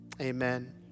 Amen